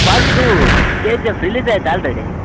part two K G F ರಿಲೀಝೆ ಆಯಿತಾ already